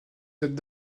datent